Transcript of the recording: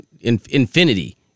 infinity